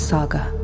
Saga